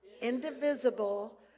indivisible